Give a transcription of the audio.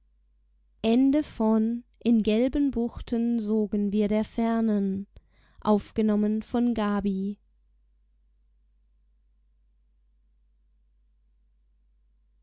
in gelben buchten sogen wir der fernen in gelben